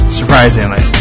surprisingly